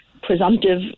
presumptive